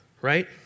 right